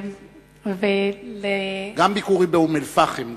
גם ביקורי באום-אל-פחם.